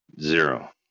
Zero